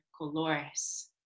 colores